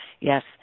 Yes